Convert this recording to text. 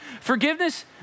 Forgiveness